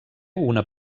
una